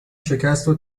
شکستشو